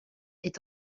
est